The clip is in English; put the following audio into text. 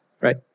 Right